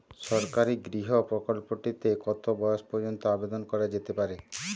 সরকারি গৃহ প্রকল্পটি তে কত বয়স পর্যন্ত আবেদন করা যেতে পারে?